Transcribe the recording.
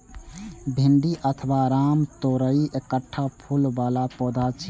भिंडी अथवा रामतोरइ एकटा फूल बला पौधा छियै